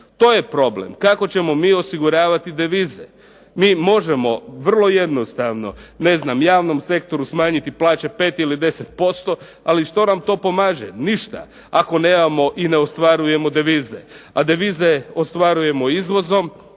to je problem. Kako ćemo mi osiguravati devize? Mi možemo vrlo jednostavno, ne znam javnom sektoru smanjiti plaće 5 ili 10%, ali što nam to pomaže? Ništa, ako nemamo i ne ostvarujemo devize. A devize ostvarujemo izvozom